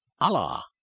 Allah